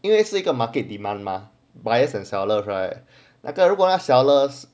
因为是一个 market demand mah buyers and sellers right 如果那个 sellers